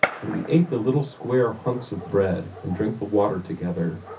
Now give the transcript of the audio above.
and we ate the little square chunks of bread and drank the water together,